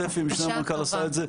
ספי המשנה למנכל עשה את זה.